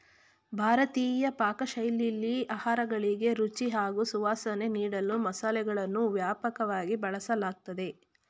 ಭಾರತೀಯ ಪಾಕಶೈಲಿಲಿ ಆಹಾರಗಳಿಗೆ ರುಚಿ ಹಾಗೂ ಸುವಾಸನೆ ನೀಡಲು ಮಸಾಲೆಗಳನ್ನು ವ್ಯಾಪಕವಾಗಿ ಬಳಸಲಾಗ್ತದೆ